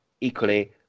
equally